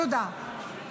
תודה.